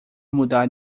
mudar